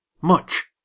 Much